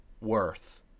worth